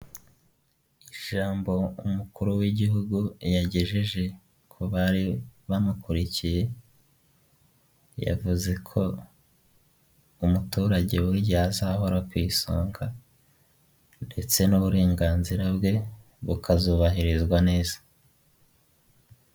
Ijambo umukuru w'igihugu yagejeje ku bari bamukurikiye, yavuze ko umuturage buri gihe azahora ku isonga ndetse n'uburenganzira bwe bukazubahirizwa neza.